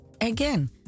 again